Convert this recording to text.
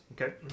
Okay